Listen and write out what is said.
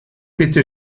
bitte